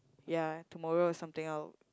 ya tomorrow is something I'll